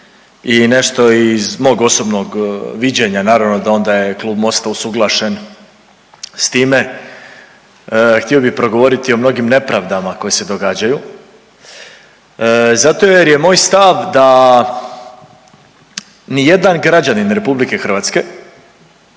i nešto iz mog osobnog viđenja naravno da onda je Klub MOST-a usuglašen s time. Htio bih progovoriti o mnogim nepravdama koje se događaju zato jer je moj stav da nijedan građanin RH, nijedan